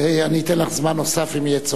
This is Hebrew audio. אני אתן לך זמן נוסף אם יהיה צורך.